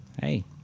hey